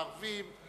הערבים,